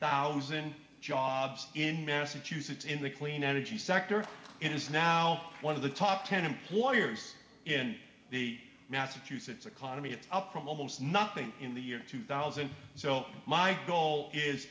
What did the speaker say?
thousand jobs in massachusetts in the clean energy sector and is now one of the top ten employers in the massachusetts economy it's up from almost nothing in the year two thousand so my goal is